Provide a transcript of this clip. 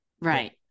Right